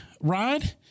Ride